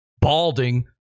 balding